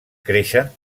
creixen